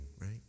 right